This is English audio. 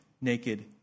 naked